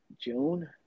June